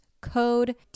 code